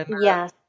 Yes